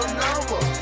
number